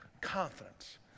confidence